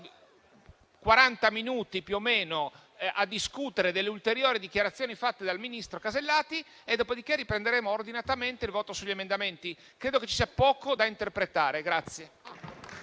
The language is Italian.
minuti a discutere delle ulteriori dichiarazioni fatte dal ministro Casellati, dopodiché riprenderemo ordinatamente il voto sugli emendamenti. Credo che ci sia poco da interpretare.